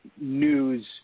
news